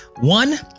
one